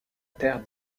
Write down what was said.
terre